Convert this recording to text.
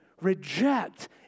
reject